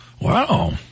Wow